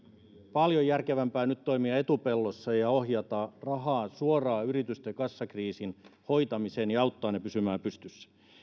paljon järkevämpää on nyt toimia etupellossa ja ohjata rahaa suoraan yritysten kassakriisin hoitamiseen ja auttaa ne pysymään pystyssä